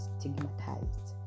stigmatized